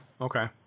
Okay